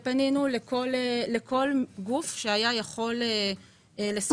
פנינו לכל גוף שהיה יכול לסייע,